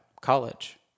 college